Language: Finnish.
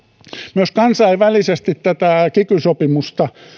myös kansainvälisesti tätä kiky sopimusta